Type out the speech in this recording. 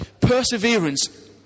Perseverance